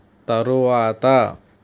తరువాత